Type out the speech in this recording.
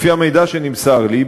לפי המידע שנמסר לי,